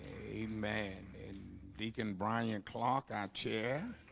a man and deacon bryan yeah o'clock our chair